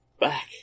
back